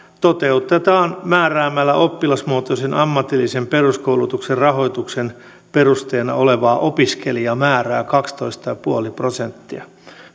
toteutetaan määräämällä oppilasmuotoisen ammatillisen peruskoulutuksen rahoituksen perusteena olevaa opiskelijamäärää kaksitoista pilkku viisi prosenttia